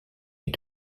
est